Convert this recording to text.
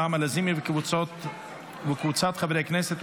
נעמה לזימי וקבוצת חברי הכנסת,